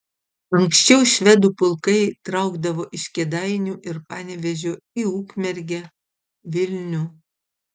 anksčiau švedų pulkai traukdavo iš kėdainių ir panevėžio į ukmergę vilnių